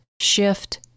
Shift